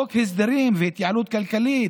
חוק ההסדרים וההתייעלות הכלכלית